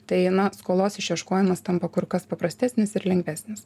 tai na skolos išieškojimas tampa kur kas paprastesnis ir lengvesnis